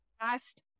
last